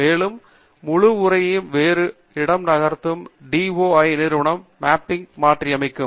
மேலும் முழு உரை வேறு இடம் நகரும் போது டிஒஐ நிறுவனம் மேப்பிங்கை மாற்றியமைக்கும்